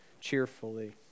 cheerfully